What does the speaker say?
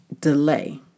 delay